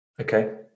Okay